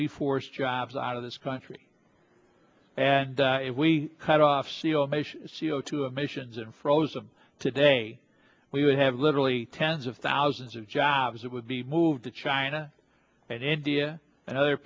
we force jobs out of this country and if we cut off c o m h c o two emissions and froze of today we would have literally tens of thousands of jobs that would be moved to china and india and other